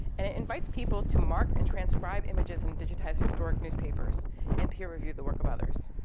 and it invites people to mark and transcribe images in digitized historic newspapers and peer review the work of others.